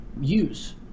use